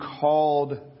called